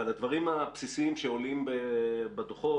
אבל הדברים הבסיסיים שעולים בדוחות,